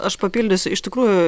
aš papildysiu iš tikrųjų